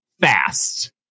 fast